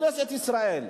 בכנסת ישראל,